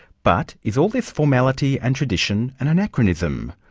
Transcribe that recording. but is all this formality and tradition an anachronism?